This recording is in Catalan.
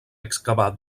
excavar